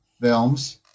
films